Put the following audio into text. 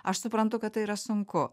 aš suprantu kad tai yra sunku